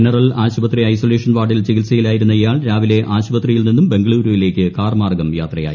general ആശുപത്രില്പ് isolation വാർഡിൽ ചികിത്സയിലായിരുന്ന ഇയാൾ രാവിലെ ആശുപത്രിയിൽ നിന്നും ബാംഗ്ലൂരിലേക്ക് കാർ മാർഗ്ഗം യാത്രയായി